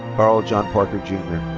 karl john parker jr.